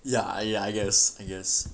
ya ya I guess I guess